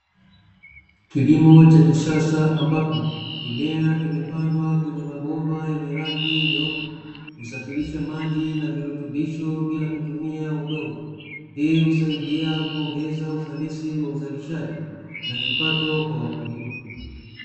Kilimo cha kisasa ambapo mimea imepandwa kwenye mabomba yenye rangi nyeupe, husafirisha maji na virutubisho bila kutumia udongo. Hii husaidia kuongeza ufanisi wa uzalishaji na kipato kwa wakulima.